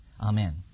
Amen